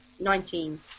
Nineteen